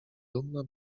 dumna